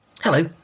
Hello